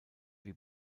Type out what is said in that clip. die